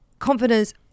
Confidence